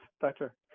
doctor